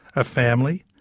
a family,